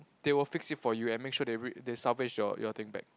they will fix it for you and make sure they re~ they salvage your thing back